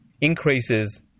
increases